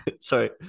sorry